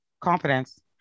Confidence